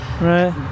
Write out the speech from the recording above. Right